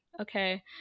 okay